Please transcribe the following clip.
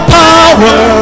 power